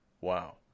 Wow